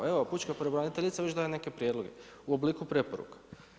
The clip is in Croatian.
Evo Pučka pravobraniteljica već daje neke prijedloge u obliku preporuka.